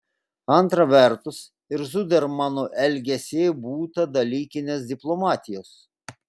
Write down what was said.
antra vertus ir zudermano elgesyje būta dalykinės diplomatijos